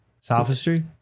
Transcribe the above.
Sophistry